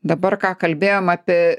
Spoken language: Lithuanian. dabar ką kalbėjom apie